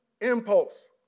impulse